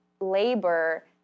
labor